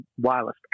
wireless